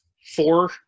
four